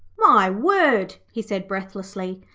my word he said, breathlessly,